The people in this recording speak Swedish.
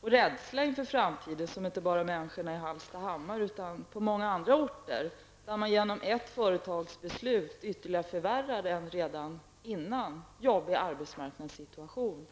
och den rädsla inför framtiden som finns inte bara hos människorna i Hallstahammar utan även på många andra orter, där man genom ett företagsbeslut ytterligare förvärrar en redan tidigare svår arbetsmarknadssituation.